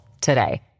today